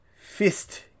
fist